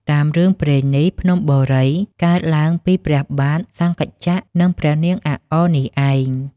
តាមរឿងព្រេងនេះ ភ្នំបូរីកើតឡើងពីព្រះបាទ សង្ខចក្រ និងព្រះនាង អាក់អ នេះឯង។